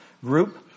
group